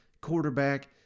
quarterback